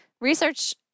research